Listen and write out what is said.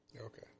Okay